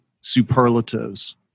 superlatives